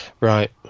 Right